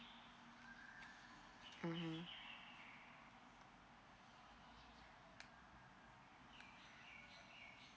mmhmm